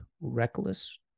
reckless